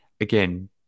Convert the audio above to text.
again